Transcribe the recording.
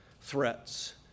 threats